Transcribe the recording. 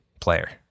player